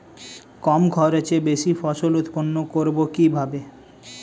কম খরচে বেশি ফসল উৎপন্ন করব কিভাবে?